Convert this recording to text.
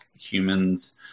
humans